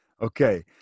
Okay